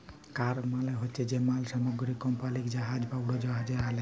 cargo মালে হছে যে মাল সামগ্রী কমপালিরা জাহাজে বা উড়োজাহাজে আলে